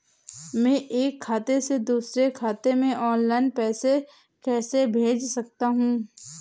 मैं एक खाते से दूसरे खाते में ऑनलाइन पैसे कैसे भेज सकता हूँ?